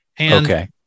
Okay